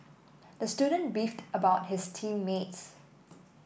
the student beefed about his team mates